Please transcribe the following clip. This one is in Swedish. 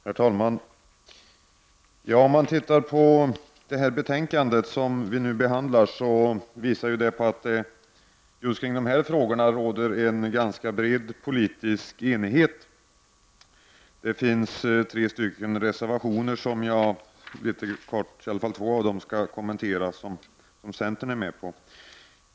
Herr talman! Om man tittar på det betänkande som vi nu behandlar visar det sig att det just i dessa frågor råder en ganska bred politisk enighet. Det finns tre reservationer, och jag skall kort kommentera de två som centern är med på.